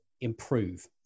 improve